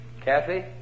Kathy